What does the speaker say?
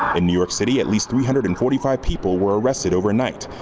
and new york city at least three hundred and forty five people were arrested overnight,